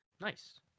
Nice